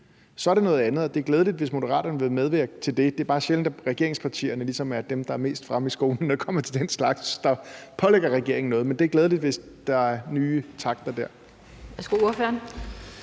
så er det noget andet, og det er glædeligt, hvis Moderaterne vil medvirke til det. Det er bare sjældent, at regeringspartierne ligesom er dem, der er mest fremme i skoene, når det kommer til den slags, som pålægger regeringen noget. Men det er glædeligt, hvis der er nye takter dér.